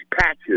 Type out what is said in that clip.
patches